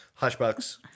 Hushbucks